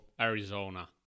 Arizona